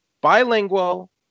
bilingual